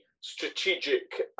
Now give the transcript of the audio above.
strategic